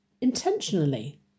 intentionally